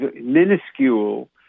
minuscule